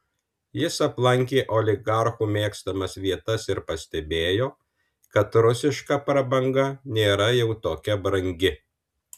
jis aplankė oligarchų mėgstamas vietas ir pastebėjo kad rusiška prabanga nėra jau tokia brangi